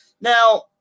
now